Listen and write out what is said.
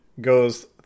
goes